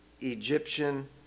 Egyptian